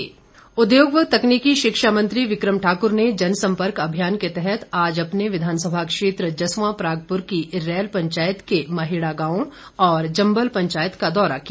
विक्रम ठाक्र उद्योग व तकनीकी शिक्षा मंत्री विकम ठाकुर ने जन संपर्क अभियान के तहत आज अपने विधानसभा क्षेत्र जसवां परागपुर की रैल पंचायत के महेड़ा गांव और जंबल पंचायत का दौरा किया